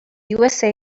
usa